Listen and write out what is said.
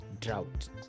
drought